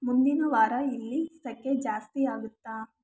ಮುಂದಿನ ವಾರ ಇಲ್ಲಿ ಸೆಕೆ ಜಾಸ್ತಿ ಆಗುತ್ತಾ